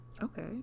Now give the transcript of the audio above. Okay